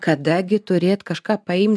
kada gi turėt kažką paimt